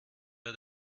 bei